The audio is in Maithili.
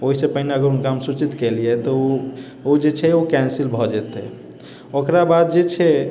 ओइसे पहिने अगर हम हुनका सूचित कयलियै तऽ ओ जे छै ओ कैन्सिल भऽ जेतै ओकरा बाद जे छै